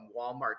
walmart